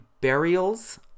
burials